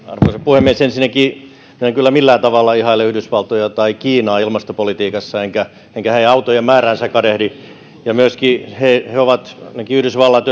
puhemies ensinnäkään en kyllä millään tavalla ihaile yhdysvaltoja tai kiinaa ilmastopolitiikassa enkä enkä heidän autojen määräänsä kadehdi myöskin ne ovat ainakin yhdysvallat